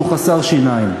שהוא חסר שיניים.